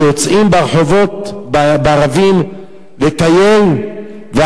שיוצאים בערבים לטייל ברחובות,